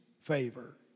favor